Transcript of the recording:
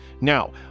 Now